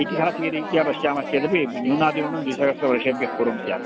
ऐतिहासिकरीत्या पश्यामश्चेदपि न्यूनातिन्यूनं द्विसहस्रवर्षेभ्यः पूर्वं स्यात्